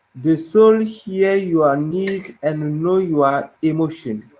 the soul hear your need and know your emotions.